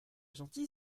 gentil